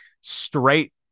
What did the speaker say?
straight